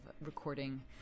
recording